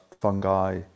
fungi